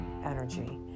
energy